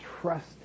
Trust